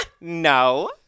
No